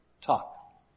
talk